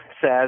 says